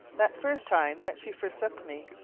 that first time that she forsook me!